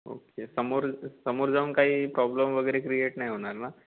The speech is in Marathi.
ओके समोर समोर जाऊन काही प्रॉब्लेम वगैरे क्रिएट नाही होणार ना